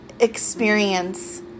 experience